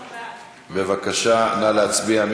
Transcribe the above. בבקשה, נא להצביע.